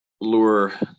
lure